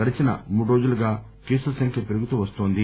గడిచిన మూడు రోజులుగా కేసుల సంఖ్య పెరుగుతూ వస్తోంది